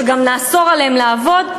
שגם נאסור עליהם לעבוד.